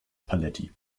paletti